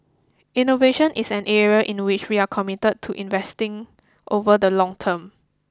innovation is an area in which we are committed to investing over the long term